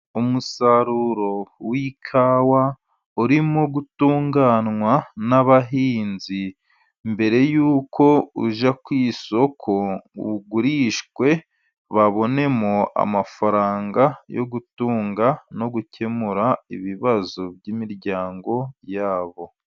Umusaruro w'ikawa urimo gutunganywa n'abahinzi mbere yuko ujya ku isoko ngo ugurishwe babonemo amafaranga yo gutunga no gukemura ibibazo by'imiryango yabo.